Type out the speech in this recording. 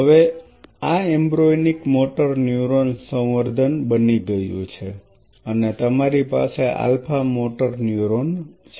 હવે આ embryonic motor neuron સંવર્ધન બની ગયું છે અને તમારી પાસે આલ્ફા મોટર ન્યુરોન છે